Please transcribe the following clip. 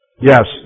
Yes